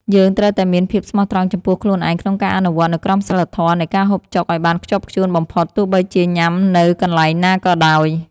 យើងត្រូវតែមានភាពស្មោះត្រង់ចំពោះខ្លួនឯងក្នុងការអនុវត្តនូវក្រមសីលធម៌នៃការហូបចុកឱ្យបានខ្ជាប់ខ្ជួនបំផុតទោះបីជាញ៉ាំនៅកន្លែងណាក៏ដោយ។